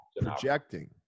Projecting